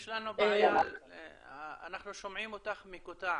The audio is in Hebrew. אנחנו שומעים אותך במקוטע.